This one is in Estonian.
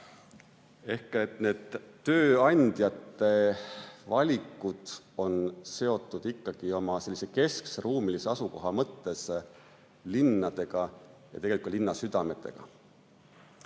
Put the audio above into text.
Ehk tööandjate valikud on seotud ikkagi oma keskse ruumilise asukoha mõttes linnadega ja tegelikult ka linnasüdametega.